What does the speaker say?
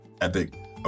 epic